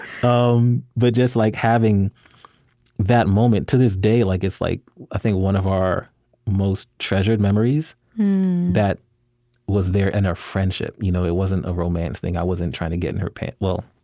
um but just like having that moment to this day, like it's, like i think, one of our most treasured memories that was there in our friendship. you know it wasn't a romance thing. i wasn't trying to get in her pants well,